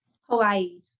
Hawaii